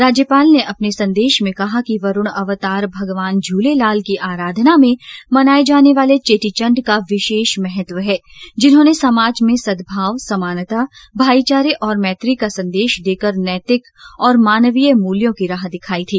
राज्यपाल ने अपने संदेश में कहा कि वरूण अवतार भगवान झूलेलाल की आराधना में मनाये जाने वाले चेटीचण्ड का विशेष महत्व है जिन्होंने समाज में सद्भाव समानता भाईचारे और मैत्री का संदेश देकर नैतिक और मानवीय मूल्यों की राह दिखाई थी